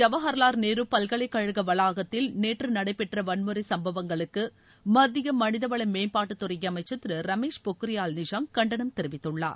ஜவஹர்லால் நேரு பல்கலைக்கழக வளாகத்தில் நேற்று நடைபெற்ற வன்முறை புதுதில்லி சுப்பவங்களுக்கு மத்திய மனித வள மேம்பாட்டுத்துறை அமைச்சர் திரு ரமேஷ் பொக்கிரியால் நிஷாங் கண்டனம் தெரிவித்துள்ளார்